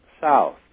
south